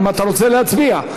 אם אתה רוצה להצביע.